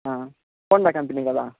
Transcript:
Honda company కదా